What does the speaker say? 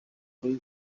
kuri